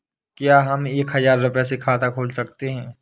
क्या हम एक हजार रुपये से खाता खोल सकते हैं?